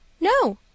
No